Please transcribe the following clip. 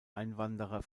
einwanderer